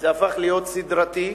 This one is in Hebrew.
הפך להיות סדרתי,